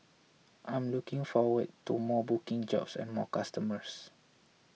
I'm looking forward to more booking jobs and more customers